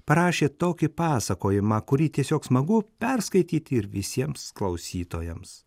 parašė tokį pasakojimą kurį tiesiog smagu perskaityti ir visiems klausytojams